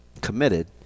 committed